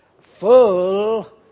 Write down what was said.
full